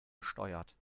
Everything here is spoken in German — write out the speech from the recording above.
besteuert